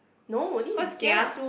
no this is kia